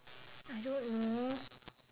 I don't know